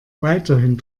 weiterhin